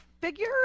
figure